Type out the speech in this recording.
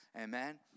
Amen